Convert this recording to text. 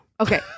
Okay